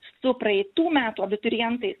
su praeitų metų abiturientais